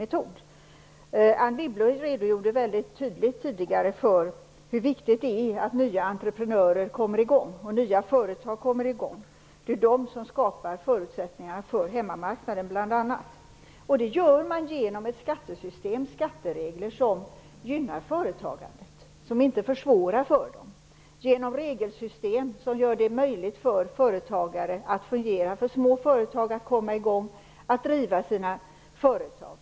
Anne Wibble redogjorde tidigare väldigt tydligt för hur viktigt det är att nya entreprenörer och nya företag kommer i gång. Det är ju bl.a. de som skapar förutsättningarna för hemmamarknaden. Det gör man genom ett skattesystem - skatteregler - som gynnar företagandet och inte försvårar för det och genom regelsystem som gör det möjligt för företagare att fungera och för små företag att komma i gång med att driva sina företag.